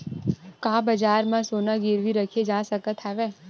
का बजार म सोना गिरवी रखे जा सकत हवय?